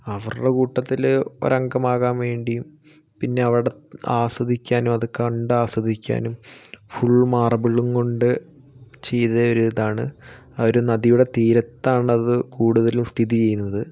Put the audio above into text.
അവരുടെ കൂട്ടത്തിൽ ഒരു അംഗമാകാൻ വേണ്ടിയും പിന്നെ അവിടെ ആസ്വദിക്കാനും അതു കണ്ട് ആസ്വദിക്കാനും ഫുൾ മാർബിളും കൊണ്ട് ചെയ്തൊരു ഇതാണ് അതൊരു നദിയുടെ തീരത്താണ് അത് കൂടുതലും സ്ഥിതി ചെയ്യുന്നത്